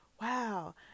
Wow